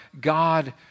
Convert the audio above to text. God